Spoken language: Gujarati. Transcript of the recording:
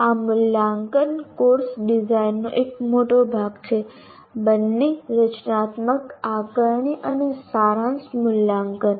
આ મૂલ્યાંકન કોર્સ ડિઝાઇનનો એક મોટો ભાગ છે બંને રચનાત્મક આકારણી અને સારાંશ મૂલ્યાંકન